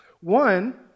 One